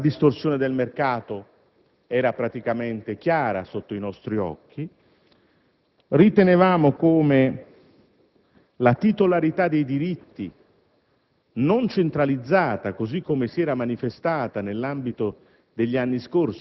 Dicevamo che la distorsione del mercato era evidente ai nostri occhi. Ritenevamo che la titolarità dei diritti